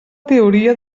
teoria